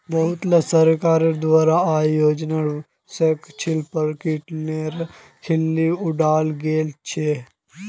बहुतला सरकारोंर द्वारा आय योजनार स्वैच्छिक प्रकटीकरनेर खिल्ली उडाल गेल छे